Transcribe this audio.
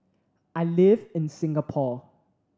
I live in Singapore